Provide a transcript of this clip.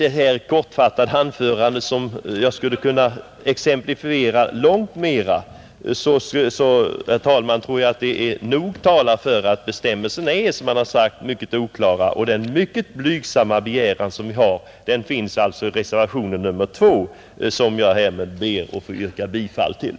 Detta korta anförande — jag skulle kunna exemplifiera mycket mera — tror jag är tillräckligt för att visa att bestämmelserna är mycket oklara. Vår blygsamma begäran återfinnes i reservationen 2, som jag ber att få yrka bifall till.